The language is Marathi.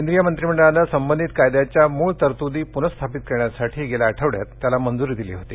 केंद्रीय मंत्रीमंडळानं संबंधित कायद्याच्या मूळ तरतुदी प्नःस्थापित करण्यासाठी गेल्या आठवड्यात त्याला मंजूरी दिली होती